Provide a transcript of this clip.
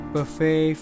Buffet